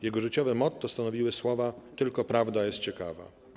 Jego życiowe motto stanowiły słowa: 'Tylko prawda jest ciekawa'